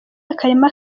akarima